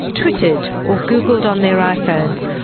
twittered, or googled on their iphones,